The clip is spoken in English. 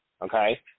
Okay